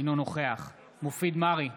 אינו נוכח מופיד מרעי,